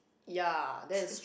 ya that is